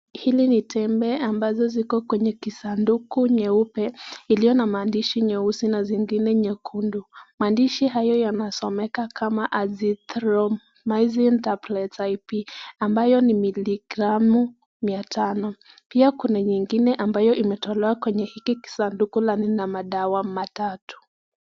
Hili ni tembe ambazo ziko kwenye kisanduku nyeupe uliyo na maandishi nyeusi nazingine nyekundu. Amaandishi hayo yanasomeka kama Azithromycin Tablets IP ambayo ni miligramu mia tano. Pia kuna nyingine ambayo imetolewa kwenye hiki kisanduku na lina madawa matatu.